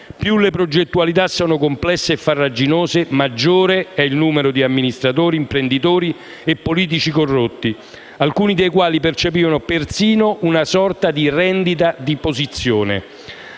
Più le progettualità sono complesse e farraginose, maggiore è il numero di amministratori, imprenditori e politici corrotti, alcuni dei quali percepivano persino una sorta di rendita di posizione.